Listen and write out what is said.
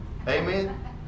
Amen